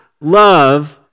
love